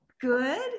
Good